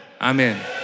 Amen